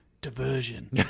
diversion